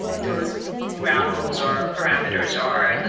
those ground rules or parameters are like.